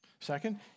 Second